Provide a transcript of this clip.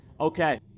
Okay